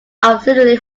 absolutely